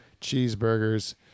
cheeseburgers